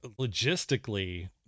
logistically